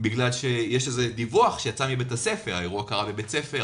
בגלל שיש איזה דיווח שיצא מבית הספר: האירוע קרה בבית הספר,